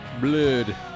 Blood